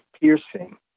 piercing